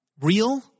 real